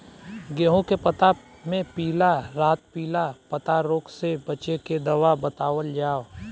गेहूँ के पता मे पिला रातपिला पतारोग से बचें के दवा बतावल जाव?